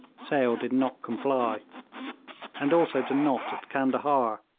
sale did not comply and also to nott, at candahar,